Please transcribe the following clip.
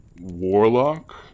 Warlock